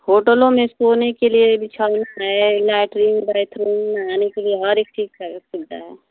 होटलों में सोने के लिए बिछौना है लैटरिंग बाथरूम नहाने के लिए हर एक चीज़ की सुविधा है